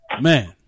Man